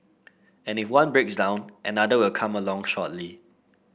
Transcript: and if one breaks down another will come along shortly